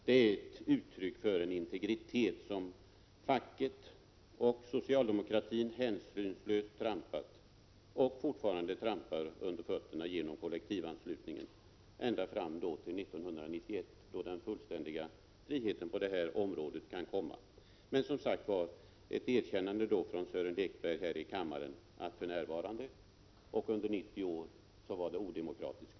Det är ett uttryck för en integritet som facket och socialdemokratin hänsynslöst trampat och fortfarande trampar under fötterna genom kollektivanslutningen — ända fram till 1991 då den fullständiga friheten på detta område kan komma. Men som sagt, jag skulle önska ett erkännande från Sören Lekbergs sida här i kammaren om att det för närvarande är och under 90 år har varit odemokratiskt.